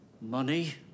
money